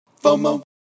FOMO